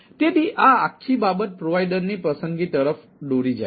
તેથી આ આખી બાબત પ્રોવાઇડરની પસંદગી તરફ દોરી જાય છે